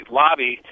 lobby